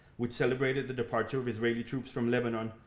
which celebrated the departure of israeli troops from lebanon,